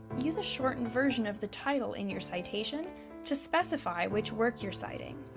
use a shortened version of the title in your citation to specify which work you're citing.